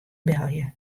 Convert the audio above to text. belje